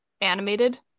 animated